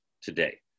today